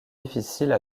difficiles